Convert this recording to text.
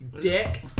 Dick